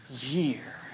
year